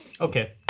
Okay